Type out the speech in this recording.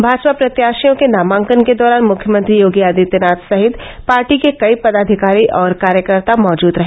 भाजपा प्रत्याशियों के नामांकन के दौरान मुख्यमंत्री योगी आदित्यनाथ सहित पार्टी के कई पदाधिकारी और कार्यकर्ता मौजूद रहे